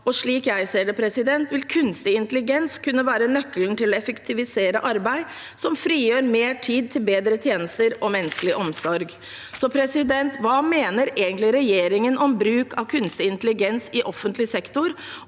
Slik jeg ser det, vil kunstig intelligens kunne være nøkkelen til å effektivisere arbeid som frigjør mer tid til bedre tjenester og menneskelig omsorg. Så hva mener egentlig regjeringen om bruk av kunstig intelligens i offentlig sektor,